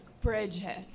Bridget